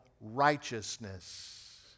righteousness